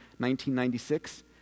1996